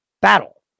battle